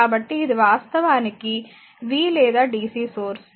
కాబట్టి ఇది వాస్తవానికి v లేదా dc సోర్స్